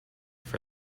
for